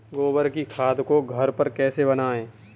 गोबर की खाद को घर पर कैसे बनाएँ?